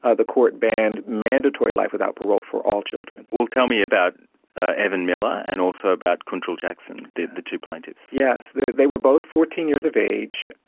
ah the court banned mandatory life without parole for all children. well, tell me about evan miller and also about kuntrell jackson, the the two plaintiffs. yes, they were both fourteen years of age.